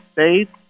States